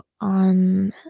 on